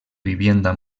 vivienda